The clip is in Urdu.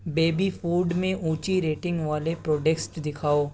بیبی فوڈ میں اونچی ریٹنگ والے پروڈیکسٹ دکھاؤ